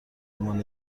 عنوان